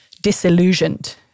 disillusioned